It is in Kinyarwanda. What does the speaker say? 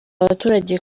abaturage